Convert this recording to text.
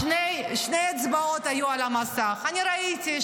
שתי אצבעות היו על המסך, אני ראיתי.